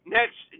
Next